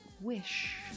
Wish